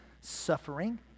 suffering